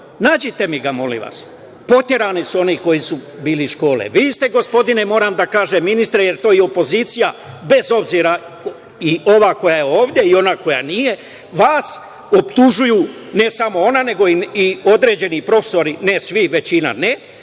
Nađite mi ga, molim vas. Proterani su oni koji su bili iz škole. Vi ste, gospodine, moram da kažem, ministre, jer to je opozicija, bez obzira i ova koja je ovde i ona koja nije, vas optužuju, ne samo ona nego i određeni profesori, ne svi, većina ne,